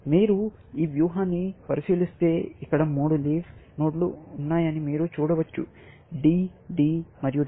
మీరు ఈ వ్యూహాన్ని పరిశీలిస్తే ఇక్కడ మూడు లీఫ్ నోడ్లు ఉన్నాయని మీరు చూడవచ్చు D D మరియు W